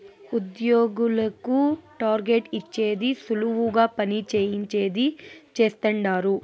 ఉద్యోగులకు టార్గెట్ ఇచ్చేది సులువుగా పని చేయించేది చేస్తండారు